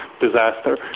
disaster